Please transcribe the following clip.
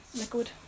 liquid